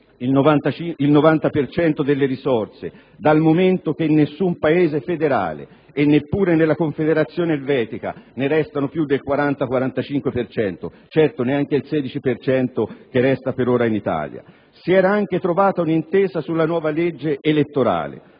cento delle risorse dal momento che in nessun Paese federale (neppure nella Confederazione elvetica) ne restano più del 40-45 per cento; certo, neanche il 16 per cento che resta per ora in Italia. Si era anche trovata un' intesa sulla nuova legge elettorale.